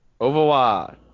Overwatch